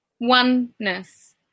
oneness